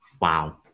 wow